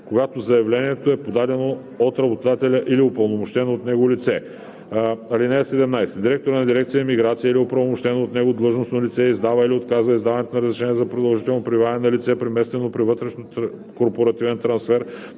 когато заявлението е подадено от работодателя или упълномощено от него лице. (17) Директорът на дирекция „Миграция“ или оправомощено от него длъжностно лице издава или отказва издаване на разрешение за продължително пребиваване на лице, преместено при вътрешнокорпоративен трансфер